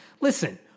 Listen